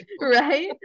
Right